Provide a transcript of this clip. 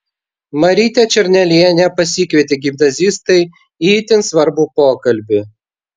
marytę černelienę pasikvietė gimnazistai į itin svarbų pokalbį